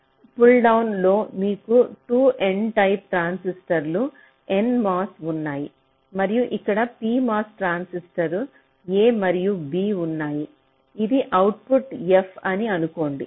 pull down లో మీకు 2 n type ట్రాన్సిస్టర్లు nMOS ఉన్నాయి మరియు ఇక్కడ pMOS ట్రాన్సిస్టర్లు A మరియు B ఉన్నాయి ఇది అవుట్పుట్ f అని అనుకోండి